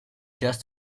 just